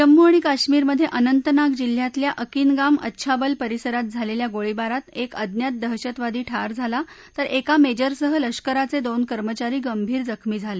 जम्मू अणि काश्मीरमध्ये अनंतनाग जिल्ह्यातल्या अकिनगाम अच्छाबल परिसरात झालेल्या गोळीबारात एक अज्ञात दहशतवादी ठार झाला तर एका मेजरसह लष्कराचे दोन कर्मचारी गंभीर जखमी झाले